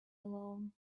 alone